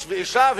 איש ואשה,